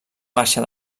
baixa